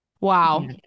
wow